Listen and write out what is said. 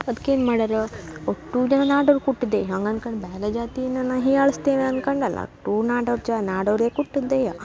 ಅದ್ಕೇನು ಮಾಡರ ಅಷ್ಟೂ ಜನ ನಾಡೋರು ಕೊಟ್ಟಿದ್ದೆ ಹಂಗೆ ಅನ್ಕೊಂಡು ಬೇರೆ ಜಾತೀನ ನಾ ಹೀಯಾಳಿಸ್ತೇನೆ ಅನ್ಕಂಡು ಅಲ್ಲ ಅಷ್ಟೂ ನಾಡೋರು ಜಾ ನಾಡೋರೆ ಕೊಟ್ಟುದ್ದೆಯ